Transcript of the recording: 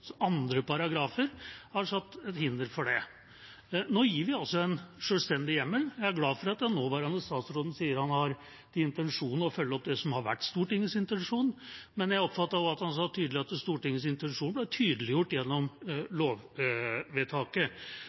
andre paragrafer har satt et hinder for det. Nå gir vi en selvstendig hjemmel. Jeg er glad for at den nåværende statsråden sier han har til intensjon å følge opp det som har vært Stortingets intensjon, men jeg oppfattet også at han sa tydelig at Stortingets intensjon ble tydeliggjort gjennom lovvedtaket.